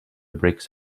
bricks